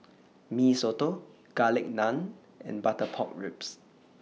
Mee Soto Garlic Naan and Butter Pork Ribs